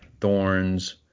Thorns